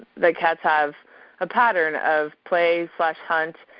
that cats have a pattern of play slash hunt,